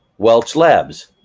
welch labs,